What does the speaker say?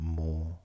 more